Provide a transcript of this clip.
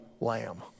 lamb